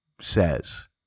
says